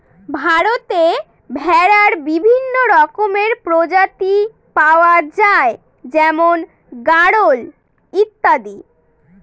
ভারতে ভেড়ার বিভিন্ন রকমের প্রজাতি পাওয়া যায় যেমন গাড়োল ইত্যাদি